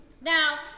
now